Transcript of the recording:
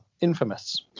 infamous